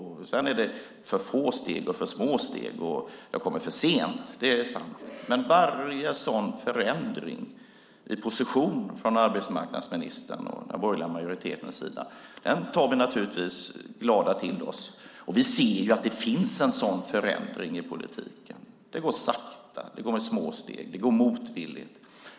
Sedan är det för få och för små steg och de har kommit för sent, det är sant, men varje sådan förändring i position från arbetsmarknadsministerns och den borgerliga majoritetens sida tar vi naturligtvis glatt till oss. Vi ser att det finns en sådan förändring i politiken. Det går sakta, det går med små steg och det går motvilligt.